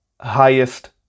highest